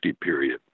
period